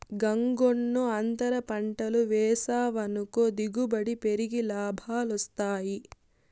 గంగన్నో, అంతర పంటలు వేసావనుకో దిగుబడి పెరిగి లాభాలొస్తాయి